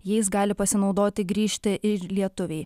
jais gali pasinaudoti grįžti ir lietuviai